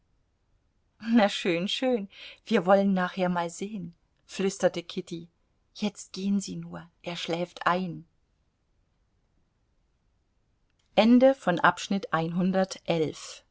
na schön schön wir wollen nachher mal sehen flüsterte kitty jetzt gehen sie nur er schläft ein